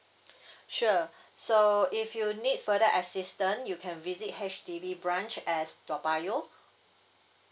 sure so if you need further assistance you can visit H_D_B branch as toa payoh